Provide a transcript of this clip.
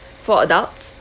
four adults